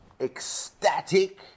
ecstatic